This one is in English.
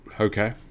Okay